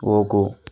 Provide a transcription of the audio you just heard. ಹೋಗು